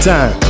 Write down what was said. Time